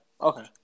okay